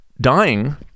dying